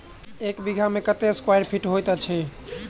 एक बीघा मे कत्ते स्क्वायर फीट होइत अछि?